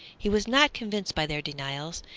he was not convinced by their denials,